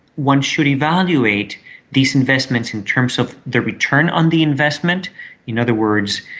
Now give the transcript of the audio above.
one should evaluate these investments in terms of the return on the investment in other words,